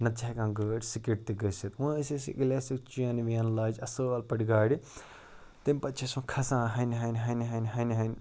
نَتہٕ چھِ پٮ۪کان گٲڑۍ سِکِڈ تہِ گٔژھِتھ وۄنۍ ٲسۍ أسۍ ییٚلہِ اَسہِ چینہٕ وینہٕ لاجہٕ اَصٕل پٲٹھۍ گاڑِ تَمہِ پَتہٕ چھِ أسۍ وۄنۍ کھسان ہَنہِ ہَنہِ ہَنہِ ہَنہِ ہَنہِ ہَنہِ